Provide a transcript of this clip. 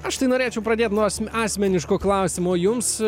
aš tai norėčiau pradėt nuo as asmeniško klausimo jums